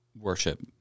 worship